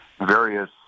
various